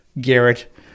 Garrett